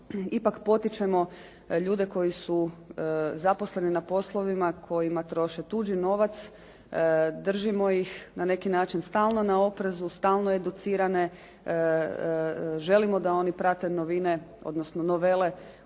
ipak potičemo ljude koji su zaposleni na poslovima kojima troše tuđi novac, držimo ih na neki način stalno na oprezu, stalno educirane, želimo da oni prate novine,